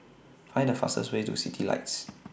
Find The fastest Way to Citylights